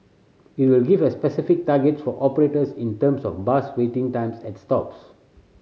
it will give a specific targets for operators in terms of bus waiting times at stops